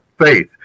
faith